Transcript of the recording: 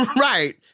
Right